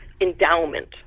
endowment